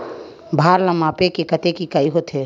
भार ला मापे के कतेक इकाई होथे?